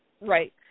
Right